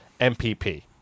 MPP